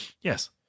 Yes